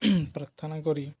ପ୍ରାର୍ଥନା କରି